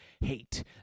Hate